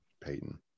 Peyton